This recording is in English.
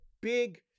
big